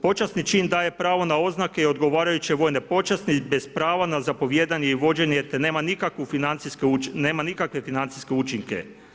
Počasni čin daje pravo na oznake i odgovarajuće vojne počasti bez prava na zapovijedanje i vođenje te nema nikakvu financijske učinke.